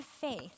faith